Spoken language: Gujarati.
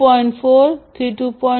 4 થી 2